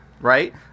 Right